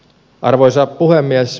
arvoisa puhemies